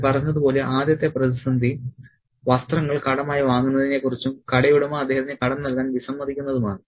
ഞാൻ പറഞ്ഞതുപോലെ ആദ്യത്തെ പ്രതിസന്ധി വസ്ത്രങ്ങൾ കടമായി വാങ്ങുന്നതിനെക്കുറിച്ചും കടയുടമ അദ്ദേഹത്തിന് കടം നൽകാൻ വിസമ്മതിക്കുന്നതുമാണ്